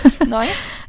Nice